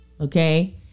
Okay